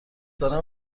دارم